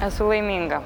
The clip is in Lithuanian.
esu laiminga